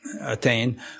attain